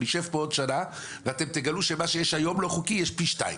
נשב פה עוד שנה ואתם תגלו שמה שיש היום לא חוקי יש פי שניים.